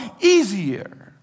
easier